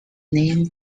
name